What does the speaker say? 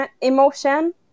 emotion